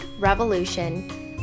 revolution